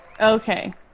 Okay